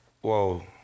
Whoa